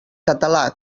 català